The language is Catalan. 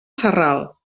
sarral